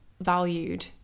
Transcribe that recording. valued